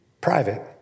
private